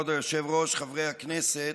כבוד היושב-ראש, חברי הכנסת,